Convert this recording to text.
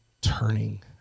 turning